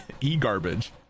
E-garbage